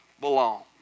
belong